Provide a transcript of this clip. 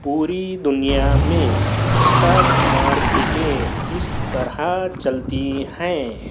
پوری دُنیا میں اسٹاک مارکیٹیں اِس طرح چلتی ہیں